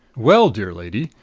well, dear lady,